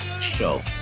Show